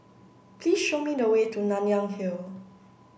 please show me the way to Nanyang Hill